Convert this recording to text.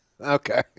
Okay